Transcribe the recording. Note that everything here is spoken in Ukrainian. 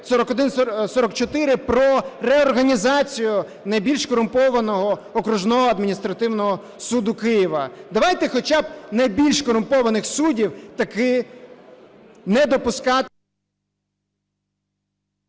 про реорганізацію найбільш корумпованого Окружного адміністративного суду Києва. Давайте хоча б найбільш корумпованих суддів таки не допускати...